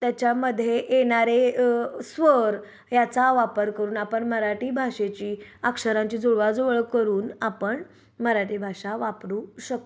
त्याच्यामध्ये येणारे स्वर याचा वापर करून आपण मराठी भाषेची अक्षरांची जुळवाजुळव करून आपण मराठी भाषा वापरू शकतो